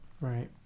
Right